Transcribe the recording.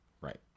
Right